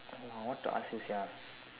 oh what to ask you sia